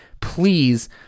Please